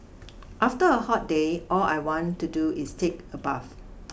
after a hot day all I want to do is take a bath